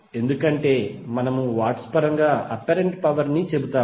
ఎందుకంటే మనము వాట్స్ పరంగా అప్పారెంట్ పవర్ ని చెబుతాము